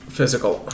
Physical